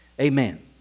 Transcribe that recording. Amen